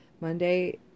Monday